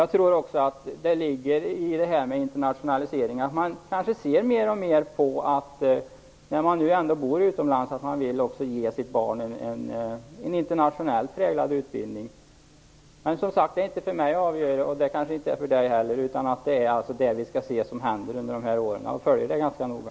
Jag tror också att internationaliseringen leder till att man, när man ändå bor utomlands, mer och mer ger sina barn en internationellt präglad utbildning. Men detta är som sagt inte någonting för mig att avgöra, och det är det kanske inte för Conny Sandholm heller. Vi skall följa det som händer de närmaste åren noga.